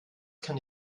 kann